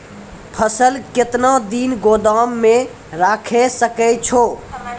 फसल केतना दिन गोदाम मे राखै सकै छौ?